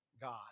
God